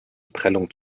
prellung